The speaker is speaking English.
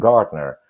Gardner